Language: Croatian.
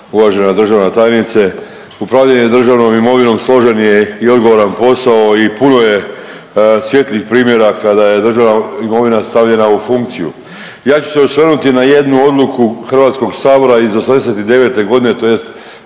Uvažena državna tajnice, upravljanje državnom imovinom složen je i odgovoran posao i puno je svijetlih primjera kada je državna imovina stavljena u funkciju. Ja ću se osvrnuti na jednu odluku HS iz '89.g. tj.